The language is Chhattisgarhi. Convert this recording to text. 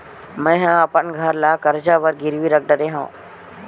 मेहा अपन घर ला कर्जा बर गिरवी रख डरे हव